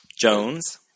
Jones